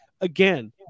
Again